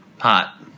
Hot